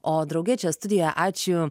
o drauge čia studijoje ačiū